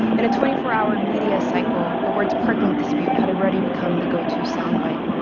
in a twenty four hour media cycle, the words parking dispute had already become the go-to sound bite.